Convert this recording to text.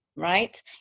Right